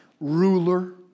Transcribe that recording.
ruler